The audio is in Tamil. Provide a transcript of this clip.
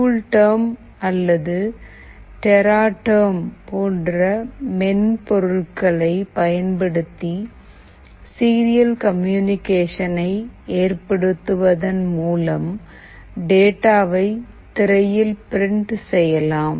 கூல்டெர்ம் அல்லது டெராடெர்ம் போன்ற மென் பொருட்களை பயன்படுத்தி சீரியல் கம்யூனிகேஷனை ஏற்படுத்துவதன் மூலம் டேட்டாவை திரையில் பிரிண்ட் செய்யலாம்